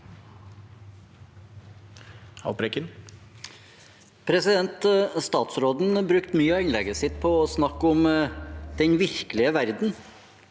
Statsråden bruk- te mye av innlegget sitt på å snakke om den virkelige verden.